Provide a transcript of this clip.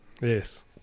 Yes